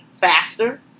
faster